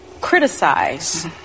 criticize